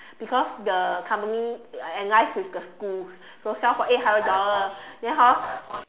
because the company liaise with the school so sell for eight hundred dollar then hor